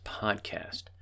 podcast